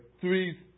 three